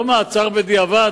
לא מעצר בדיעבד,